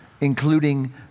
including